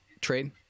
trade